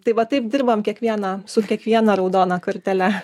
tai va taip dirbam kiekvieną su kiekviena raudona kortele